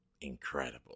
Incredible